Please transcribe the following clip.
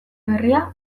berria